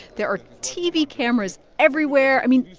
there are tv cameras everywhere. i mean,